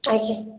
ଆଜ୍ଞା